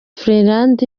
finland